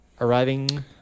arriving